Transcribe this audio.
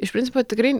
iš principo tikrai